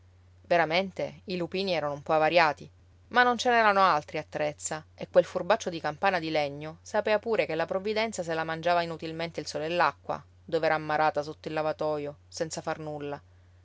veramente i lupini erano un po avariati ma non ce n'erano altri a trezza e quel furbaccio di campana di legno sapea pure che la provvidenza se la mangiava inutilmente il sole e l'acqua dov'era ammarrata sotto il lavatoio senza far nulla